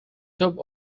top